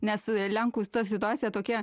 nes lenkus ta situacija tokia